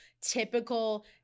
typical